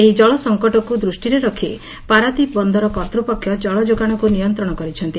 ଏହି ଜଳସଙ୍କଟକୁ ଦୃଷ୍ଟିରେ ରଖ୍ ପାରାଦ୍ୱୀପ ବନ୍ଦର କର୍ତ୍ତୃପକ୍ଷ ଜଳଯୋଗାଣକୁ ନିୟନ୍ତଣ କରିଛନ୍ତି